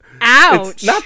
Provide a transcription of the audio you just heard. ouch